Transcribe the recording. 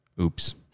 Oops